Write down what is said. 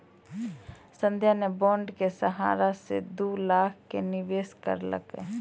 संध्या ने बॉण्ड के सहारा से दू लाख के निवेश करलकै